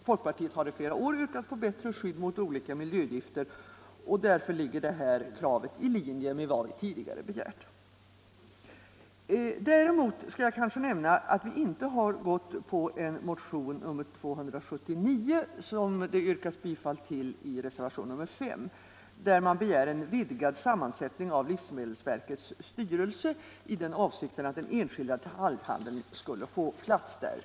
Folkpartiet har i flera år yrkat på bättre skydd mot olika miljögifter, och det här kravet ligger i linje med vad vi tidigare begärt. Däremot har vi inte gått med på kravet i motionen 279, som det yrkas bifall till i reservationen 5. Där begärs en vidgad sammansättning av livsmedelsverkets styrelse och speciellt att den enskilda detaljhandeln skulle få plats där.